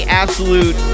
absolute